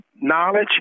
knowledge